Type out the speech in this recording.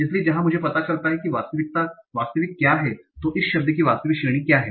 इसलिए जहां मुझे पता चलता है कि वास्तविक क्या है तो इस शब्द की वास्तविक श्रेणी क्या है